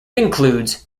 includes